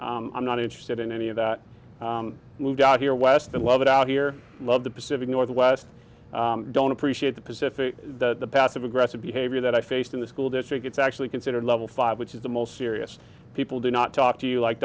i'm not interested in any of that moved out here west than love it out here love the pacific northwest don't appreciate the pacific the passive aggressive behavior that i faced in the school district it's actually considered level five which is the most serious people do not talk to you like